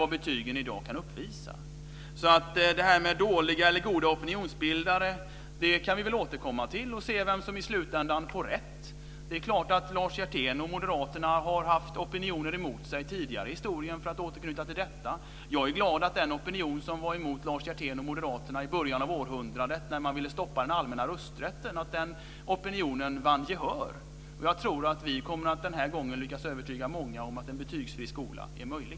Det här med goda eller dåliga opinionsbildare kan vi väl återkomma till och se vem som i slutändan får rätt. Lars Hjertén och Moderaterna har tidigare i historien haft opinioner emot sig. Jag är glad att den opinion som var emot Lars Hjertén och Moderaterna när de i början av århundradet ville stoppa den allmänna rösträtten vann gehör. Jag tror att vi den här gången kommer att lyckas övertyga många om att en betygsfri skola är möjlig.